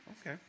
okay